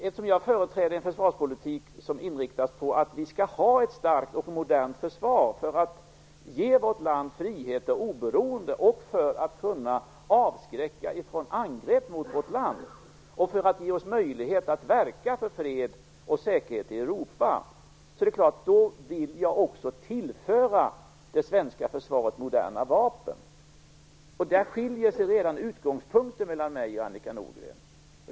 Eftersom jag företräder en försvarspolitik som inriktas på att vi skall ha ett starkt och modernt försvar för att ge vårt land frihet och oberoende, för att kunna avskräcka från angrepp mot vårt land och för att ge oss möjlighet att verka för fred och säkerhet i Europa, vill jag också tillföra det svenska försvaret moderna vapen. Redan i utgångspunkten skiljer det alltså mellan mig och Annika Nordgren.